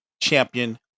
champion